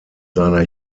seiner